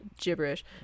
gibberish